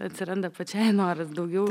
atsiranda pačiai noris daugiau